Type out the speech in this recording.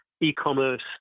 e-commerce